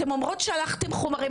אתן אומרות ששלחתן חומרים,